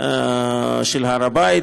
של הר הבית.